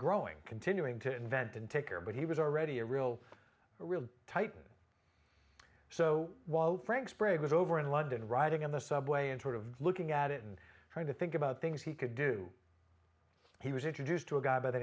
growing continuing to invent and take care but he was already a real real tight so frank sprague was over in london riding in the subway and sort of looking at it and trying to think about things he could do he was introduced to a guy by the